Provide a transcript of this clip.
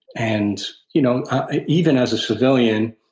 and you know even as a civilian,